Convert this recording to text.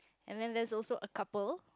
and then there is also a couple